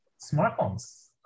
smartphones